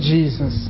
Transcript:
Jesus